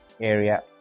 area